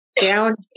down